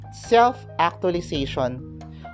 Self-actualization